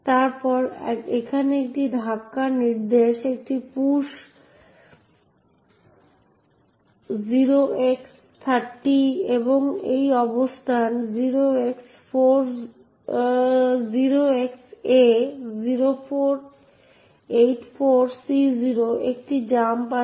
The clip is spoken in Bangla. তারপর এখানে একটি ধাক্কা নির্দেশ একটি পুশ 0x30 এবং এই অবস্থান 0xA0484C0 একটি জাম্প আছে